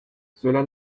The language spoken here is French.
cela